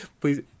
please